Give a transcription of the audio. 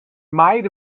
might